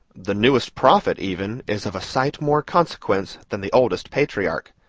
the newest prophet, even, is of a sight more consequence than the oldest patriarch.